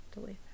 delete